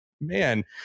Man